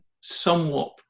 somewhat